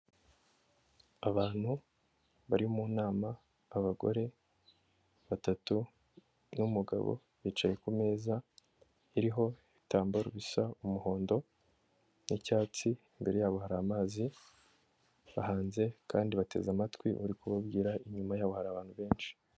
Abantu bari mu nama abagore batatu n'umugabo bicaye ku meza iriho ibitambaro bisa umuhondo n'icyatsi, imbere yabo hari amazi, bahanze kandi bateze amatwi uri kubabwira, inyuma yabo hari abantu benshi.